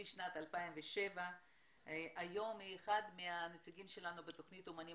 בשנת 2007. היום היא אחת הנציגים שלנו בתוכנית אמנים